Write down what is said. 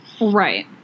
Right